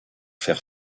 faire